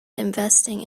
investing